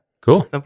cool